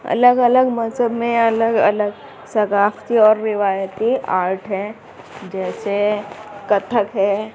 الگ الگ مذہب میں الگ الگ ثقافتی اور روایتی آرٹ ہیں جیسے کتھک ہے